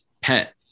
pet